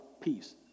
peace